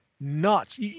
nuts